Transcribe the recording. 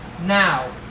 Now